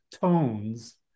tones